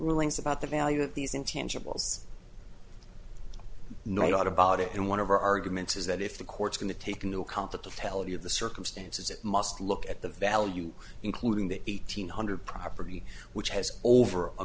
rulings about the value of these intangibles no doubt about it and one of our arguments is that if the court's going to take into account the totality of the circumstances it must look at the value including the eight hundred property which has over a